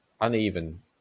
uneven